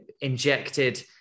injected